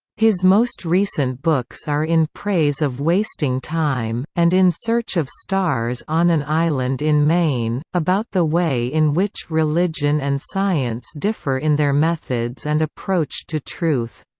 his most recent books are in praise of wasting time, and in search of stars on an island in maine, about the way in which religion and science differ in their methods and approach to truth.